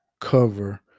cover